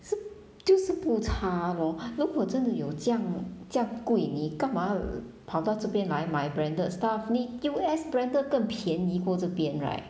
是就是不差 lor 如果真的有这样这样贵你干嘛跑到这边来买 branded stuff 你 U_S branded 更便宜过这边 right